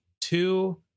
two